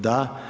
Da.